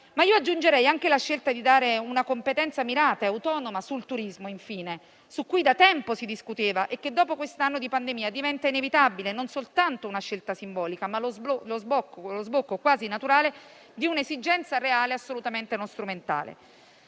Aggiungerei che anche la scelta di dare una competenza mirata e autonoma sul turismo, su cui da tempo si discuteva e che dopo quest'anno di pandemia diventa inevitabile, non è soltanto una scelta simbolica, ma è anche lo sbocco quasi naturale di un'esigenza reale e assolutamente non strumentale.